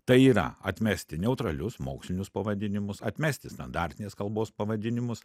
tai yra atmesti neutralius mokslinius pavadinimus atmesti standartinės kalbos pavadinimus